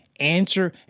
answer